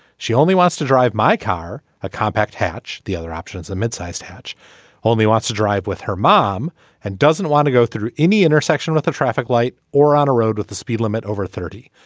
she only wants to drive my car a compact hatch. the other option is a mid-sized hatch only wants to drive with her mom and doesn't want to go through any intersection with a traffic light or on a road with the speed limit over thirty.